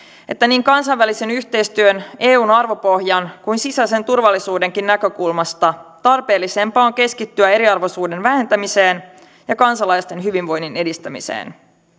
että niin kansainvälisen yhteistyön eun arvopohjan kuin sisäisen turvallisuudenkin näkökulmasta tarpeellisempaa on keskittyä eriarvoisuuden vähentämiseen ja kansalaisten hyvinvoinnin edistämiseen